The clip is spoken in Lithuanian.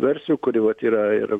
versijų kuri vat yra ir